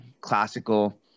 classical